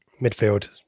Midfield